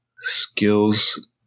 skills